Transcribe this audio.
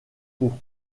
pau